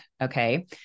okay